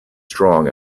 strong